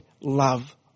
love